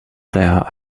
there